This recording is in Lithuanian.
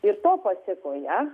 ir to pasėkoje